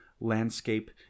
landscape